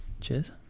Cheers